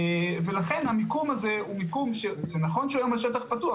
זה נכון שהיום השטח פתוח,